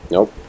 Nope